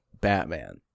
batman